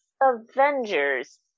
avengers